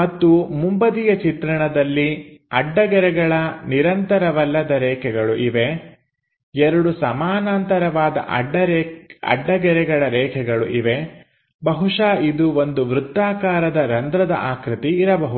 ಮತ್ತು ಮುಂಬದಿಯ ಚಿತ್ರಣದಲ್ಲಿ ಅಡ್ಡ ಗೆರೆಗಳ ನಿರಂತರವಲ್ಲದ ರೇಖೆಗಳು ಇವೆ ಎರಡು ಸಮಾನಾಂತರವಾದ ಅಡ್ಡಗೆರೆಗಳ ರೇಖೆಗಳು ಇವೆ ಬಹುಶಃ ಇದು ಒಂದು ವೃತ್ತಾಕಾರದ ರಂಧ್ರದ ಆಕೃತಿ ಇರಬಹುದು